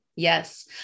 Yes